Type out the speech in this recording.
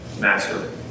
master